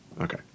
Okay